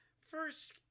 First